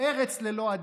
ארץ ללא אדמה,